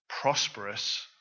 prosperous